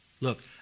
Look